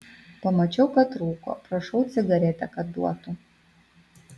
pamačiau kad rūko prašau cigaretę kad duotų